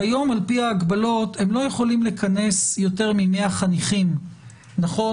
כיום על פי ההגבלות הם לא יכולים לכנס יותר מ-100 חניכים נכון?